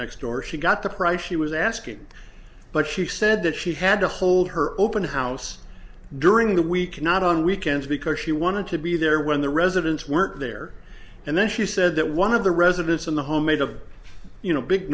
next door she got the price she was asking but she said that she had to hold her open house during the week not on weekends because she wanted to be there when the residents work there and then she said that one of the residents in the home made of you no big